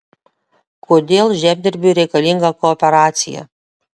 kodėl žemdirbiui reikalinga kooperacija